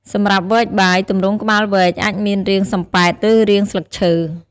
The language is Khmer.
សម្រាប់វែកបាយ ទម្រង់ក្បាលវែកអាចមានរាងសំប៉ែត ឬរាងស្លឹកឈើ។